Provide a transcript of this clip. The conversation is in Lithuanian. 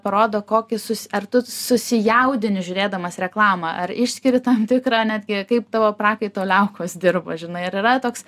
parodo kokį sus ar tu susijaudini žiūrėdamas reklamą ar išskiri tam tikrą netgi kaip tavo prakaito liaukos dirba žinai ar yra toks